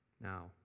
Now